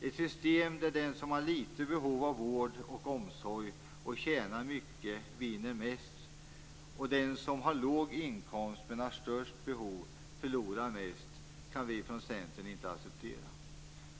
Ett system där den som har små behov av vård och omsorg och tjänar mycket vinner mest, och där den som har låg inkomst men stora behov förlorar mest, kan vi från Centern inte acceptera.